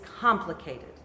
complicated